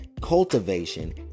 cultivation